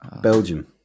Belgium